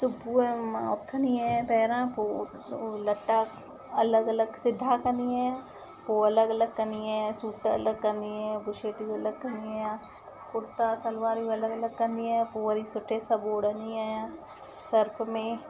सुबुह जो मां उथंदी आहियां पहिरां पोइ लट्टा अलॻि अलॻि सिधा कंदी आहियां पोइ अलॻि अलॻि कंदी आहियां सूट अलॻि कंदी आहियां बुशटियूं अलॻि कंदी आहियां कुर्ता सलवारियूं अलॻि अलॻि कंदी आहियां पोइ वरी सुठे सां ॿोड़िंदी आहियां सर्फ़ में